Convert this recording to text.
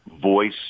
voice